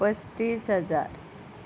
पस्तीस हजार